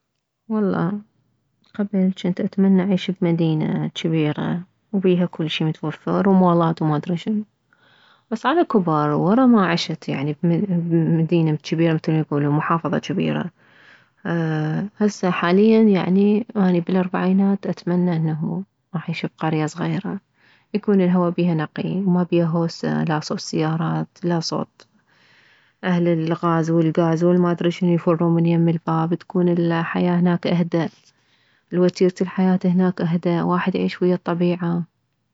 والله قبل جنت اتمنى اعيش بمدينة جبيرة بيها كلشي متوفر ومولات وما ادري شنو بس على كبر وره ما عشت بمدينة جيرة مثل ما يكولون محافظة جبيرة هسه حاليا يعني اني بالاربعينات اتمنى انه اعيش بقرية صغيرة يكون الهوى بيها نقي ما بيها هوسة لا صوت سيارات لا صوت اهل الغاز والكاز والما ادري شنو يفرون من يم الباب تكون الحياة هناك اهدأ الوتيرة الحياة هناك اهدأ واحد يعيش هناك ويه الطبيعة